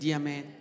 amen